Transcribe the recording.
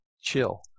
Chill